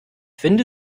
finde